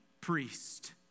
priest